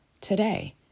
today